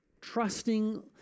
trusting